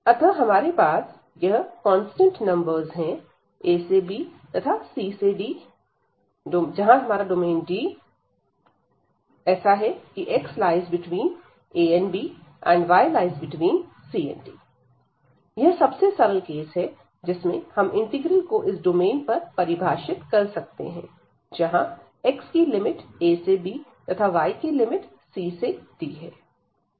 अतः हमारे पास यह कांस्टेंट नंबर्स हैं a से b तथा c से d Da ≤ x≤ bc ≤ y ≤ d यह सबसे सरल केस है जिसमें हम इंटीग्रल को इस डोमेन पर परिभाषित कर सकते हैं जहां x की लिमिट a से b तथा y की लिमिट c से d हैं